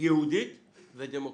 יהודית ודמוקרטית,